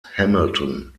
hamilton